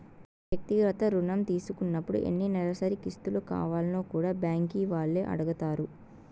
వ్యక్తిగత రుణం తీసుకున్నపుడు ఎన్ని నెలసరి కిస్తులు కావాల్నో కూడా బ్యాంకీ వాల్లే అడగతారు